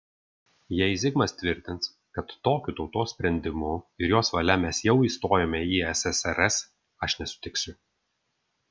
jei zigmas tvirtins kad tokiu tautos sprendimu ir jos valia mes jau įstojome į ssrs aš nesutiksiu